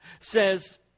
says